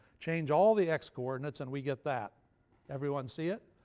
change all the x coordinates and we get that everyone see it?